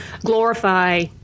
glorify